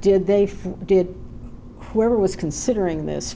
did they feel good where was considering this